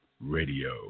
Radio